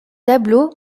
tableaux